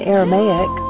Aramaic